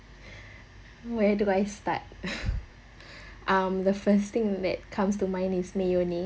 where do I start um the first thing that comes to mind is mayonnaise